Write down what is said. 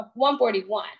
141